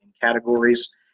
categories